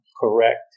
correct